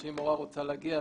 אם מורה רוצה להגיע,